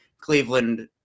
Cleveland –